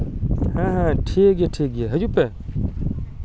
ᱦᱮᱸ ᱦᱮᱸ ᱴᱷᱤᱠ ᱜᱮᱭᱟ ᱴᱷᱤᱠ ᱜᱮᱭᱟ ᱦᱤᱡᱩᱜ ᱯᱮ